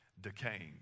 decaying